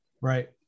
Right